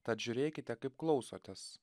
tad žiūrėkite kaip klausotės